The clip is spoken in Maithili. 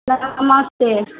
नमस्ते